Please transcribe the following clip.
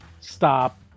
stop